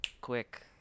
quick